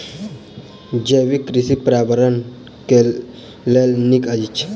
जैविक कृषि पर्यावरण के लेल नीक अछि